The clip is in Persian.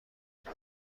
نبود